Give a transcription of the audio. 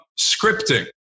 scripting